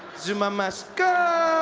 zuma must go!